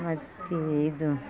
ಮತ್ತು ಇದು